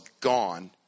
gone